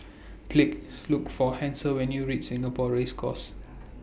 Please Look For Hasel when YOU REACH Singapore Race Course